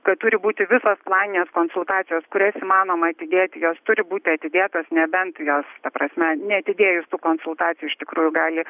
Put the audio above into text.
kad turi būti visos planinės konsultacijos kurias įmanoma atidėti jos turi būti atidėtos nebent jos ta prasme neatidėjus tų konsultacijų iš tikrųjų gali